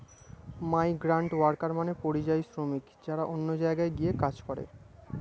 migrant worker মানে পরিযায়ী শ্রমিক যারা অন্য জায়গায় গিয়ে কাজ করে